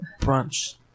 Brunch